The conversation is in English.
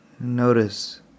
Notice